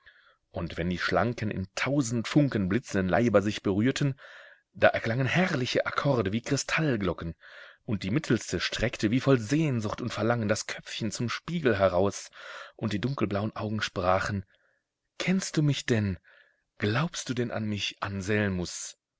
und wenn die schlanken in tausend funken blitzenden leiber sich berührten da erklangen herrliche akkorde wie kristallglocken und die mittelste streckte wie voll sehnsucht und verlangen das köpfchen zum spiegel heraus und die dunkelblauen augen sprachen kennst du mich denn glaubst du denn an mich anselmus